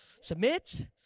Submit